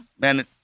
man